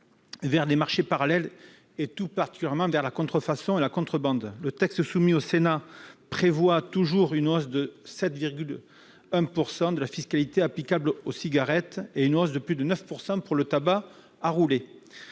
vers le marché parallèle et, tout particulièrement, vers la contrefaçon et la contrebande. Le texte soumis au Sénat prévoit toujours une hausse de plus de 7,1 % de la fiscalité applicable aux cigarettes et une hausse de plus de 9 % pour le tabac à rouler.